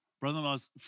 brother-in-law's